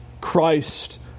Christ